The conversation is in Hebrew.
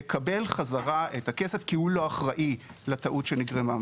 לקבל בחזרה את הכסף כי הוא לא אחראי לטעות שנגרמה,